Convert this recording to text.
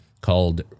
called